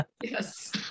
Yes